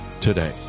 Today